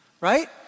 right